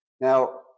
Now